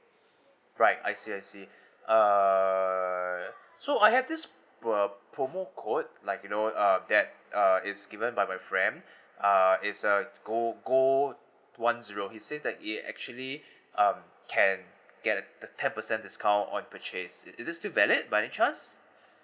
right I see I see err so I heard this were promo code like you know uh that uh is given by my friend uh it's a go go one zero he said that it actually um can get the the ten percent discount on purchase it it is still valid by any chance